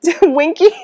Winky